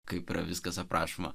kaip yra viskas aprašoma